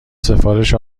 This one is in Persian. سفارش